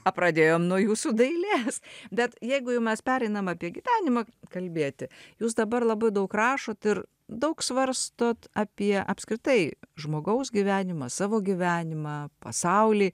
pradėjom nuo jūsų dailės bet jeigu mes pereinam apie gyvenimą kalbėti jūs dabar labai daug rašot ir daug svarstot apie apskritai žmogaus gyvenimą savo gyvenimą pasaulį